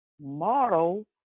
Model